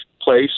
place